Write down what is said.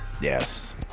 Yes